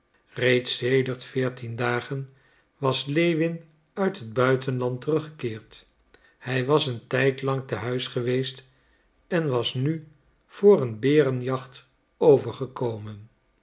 reeds sedert veertien dagen was lewin uit het buitenland teruggekeerd hij was een tijd lang te huis geweest en was nu voor een berenjacht overgekomen